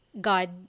God